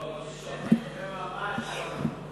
זה ממש לא נכון.